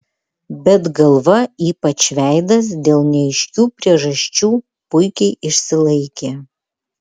bet galva ypač veidas dėl neaiškių priežasčių puikiai išsilaikė